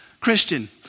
Christian